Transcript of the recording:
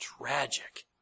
tragic